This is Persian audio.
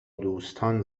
دوستان